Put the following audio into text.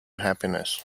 happiness